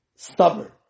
Stubborn